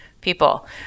people